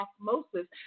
osmosis